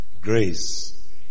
Grace